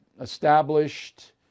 established